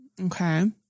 Okay